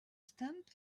stamp